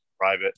private